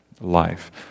life